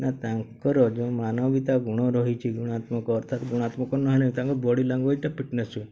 ନା ତାଙ୍କର ଯେଉଁ ମାନବିକତା ଗୁଣ ରହିଛି ଗୁଣାତ୍ମକ ଅର୍ଥାତ୍ ଗୁଣାତ୍ମକ ନହେଲେ ତାଙ୍କ ବଡ଼ି ଲାଙ୍ଗୁଏଜ୍ଟା ଫିଟନେସ୍